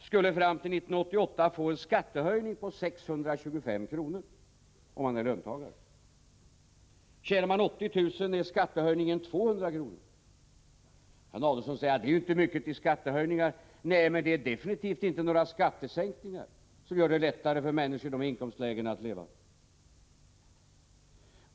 skulle fram till 1988 få en skattehöjning på 625 kr., om han är löntagare. Tjänar han 80 000 kr. blir skattehöjningen 200 kr. Nu kan Ulf Adelsohn säga att det inte är mycket till skattehöjningar. Nej, men det är definitivt inte några skattesänkningar som gör det lättare för människor i dessa inkomstlägen att leva.